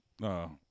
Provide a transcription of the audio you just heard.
no